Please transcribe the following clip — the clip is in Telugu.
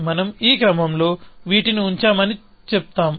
మనం ఈ క్రమంలో వీటిని ఉంచామని చెప్తాం